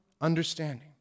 understanding